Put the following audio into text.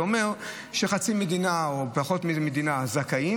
כשאדם בא ואומר, הוא מביא ספח תעודת